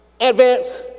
Advance